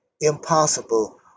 impossible